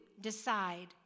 decide